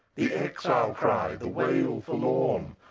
the exile cry, the wail forlorn,